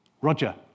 Roger